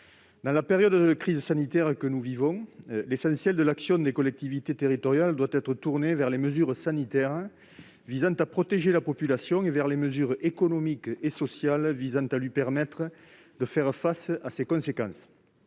Dans la période de crise sanitaire que nous vivons, l'action des collectivités territoriales doit être essentiellement tournée vers les mesures sanitaires visant à protéger la population et vers les mesures économiques et sociales visant à faire face aux conséquences